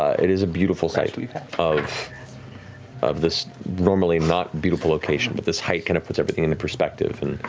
it is a beautiful sight of of this normally not beautiful location, but this height kind of put everything into perspective and